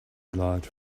large